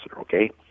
okay